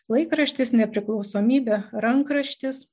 laikraštis nepriklausomybė rankraštis